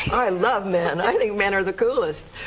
i love men and i think men are the coolest.